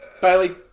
Bailey